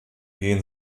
gehen